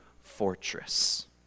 fortress